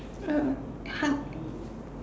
oh hung~